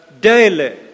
daily